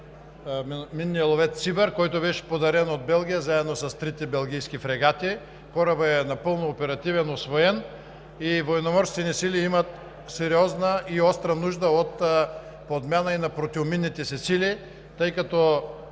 минният ловец „Цибър“, който ни беше подарен от Белгия, заедно с три белгийски фрегати. Корабът е напълно оперативен и усвоен. Военноморските ни сили имат сериозна и остра нужда от подмяна и на противоминните си сили, тъй като